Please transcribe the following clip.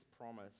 promise